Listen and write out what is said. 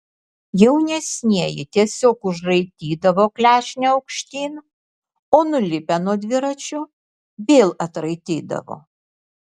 jaunesnieji tiesiog užraitydavo klešnę aukštyn o nulipę nuo dviračio vėl atraitydavo